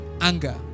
anger